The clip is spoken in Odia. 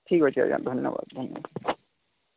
ଠିକ୍ ଅଛି ଆଜ୍ଞା ଧନ୍ୟବାଦ